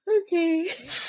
Okay